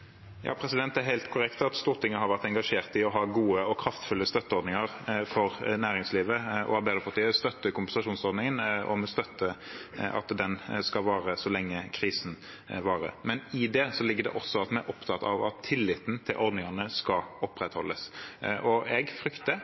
Det er helt korrekt at Stortinget har vært engasjert i å ha gode og kraftfulle støtteordninger for næringslivet. Arbeiderpartiet støtter kompensasjonsordningen, og vi støtter at den skal vare så lenge krisen varer. Men i det ligger det også at vi er opptatt av at tilliten til ordningene skal opprettholdes, og jeg frykter,